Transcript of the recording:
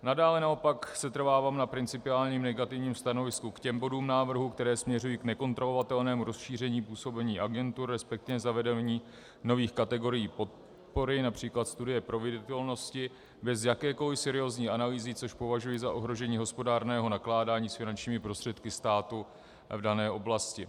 Nadále naopak setrvávám na principiálním negativním stanovisku k těm bodům návrhu, které směřují k nekontrolovatelnému rozšíření působení agentur, resp. k zavedení nových kategorií podpory, např. studie proveditelnosti, bez jakékoli seriózní analýzy, což považuji za ohrožení hospodárného nakládání s finančními prostředky státu v dané oblasti.